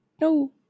no